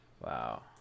Wow